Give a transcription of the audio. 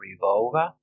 revolver